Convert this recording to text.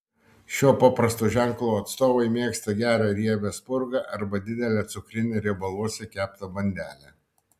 šio paprasto ženklo atstovai mėgsta gerą riebią spurgą arba didelę cukrinę riebaluose keptą bandelę